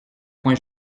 point